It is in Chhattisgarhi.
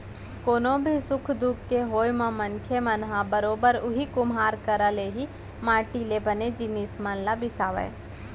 कोनो भी सुख दुख के होय म मनसे मन ह बरोबर उही कुम्हार करा ले ही माटी ले बने जिनिस मन ल बिसावय